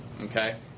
Okay